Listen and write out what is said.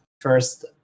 first